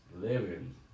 living